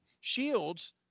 shields